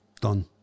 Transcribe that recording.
done